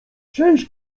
część